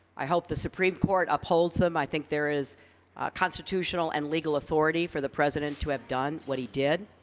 i hope the supreme court upholds them. i think there is constitutional and legal authority for the president to have done what he did.